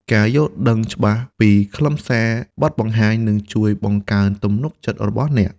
ការយល់ដឹងច្បាស់ពីខ្លឹមសារបទបង្ហាញនឹងជួយបង្កើនទំនុកចិត្តរបស់អ្នក។